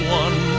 one